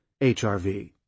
HRV